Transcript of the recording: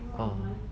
oh